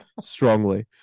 strongly